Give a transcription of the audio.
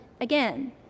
again